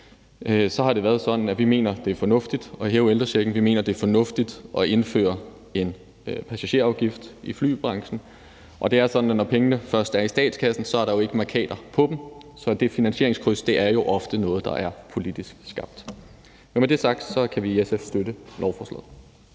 SF har det været sådan, at vi mener, det er fornuftigt at hæve ældrechecken, og vi mener, det er fornuftigt at indføre en passagerafgift i flybranchen, og det er sådan, at når pengene først er i statskassen, er der ikke jo mærkater på dem, så det finansieringskryds er jo ofte noget, der er politisk skabt. Med det sagt kan vi i SF støtte lovforslaget.